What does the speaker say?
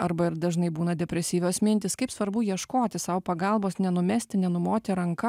arba ir dažnai būna depresyvios mintys kaip svarbu ieškoti sau pagalbos nenumesti nenumoti ranka